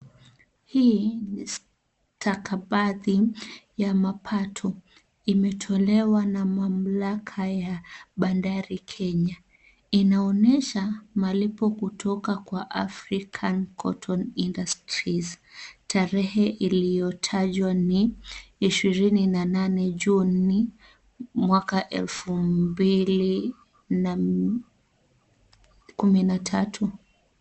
Hii ni stakabadhi ya mapato. Imetolewa na mamlaka ya bandari Kenya. Inaonyesha malipo kutoka kwa African Cotton Industries . Tarehe iliyotajwa ni ishirini na nane Juni mwaka elfu mbili na kumi na tatu.